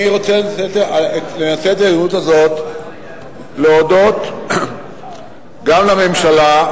אני רוצה לנצל את ההזדמנות הזאת להודות גם לממשלה,